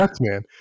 man